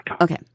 Okay